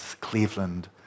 Cleveland